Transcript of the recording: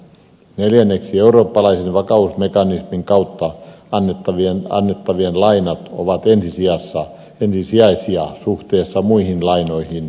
neljänneksi eurooppalaisen vakausmekanismin kautta annettavat lainat ovat ensisijaisia suhteessa muihin lainoihin